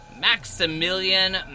Maximilian